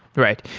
right.